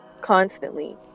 constantly